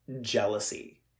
jealousy